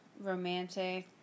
romantic